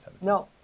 no